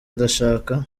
ndashaka